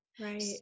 Right